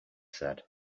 said